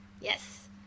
Yes